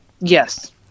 Yes